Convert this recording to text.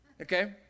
Okay